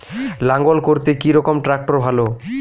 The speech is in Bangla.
লাঙ্গল করতে কি রকম ট্রাকটার ভালো?